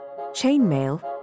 chainmail